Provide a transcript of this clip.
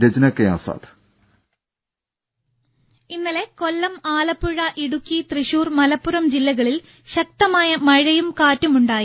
audio ഇന്നലെ കൊല്ലം ആലപ്പുഴ ഇടുക്കി തൃശൂർ മലപ്പുറം ജില്ലകളിൽ ശക്തമായ മഴയും കാറ്റുമുണ്ടായി